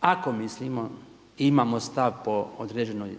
ako mislimo i imamo stav po određenoj